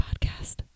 podcast